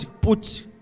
put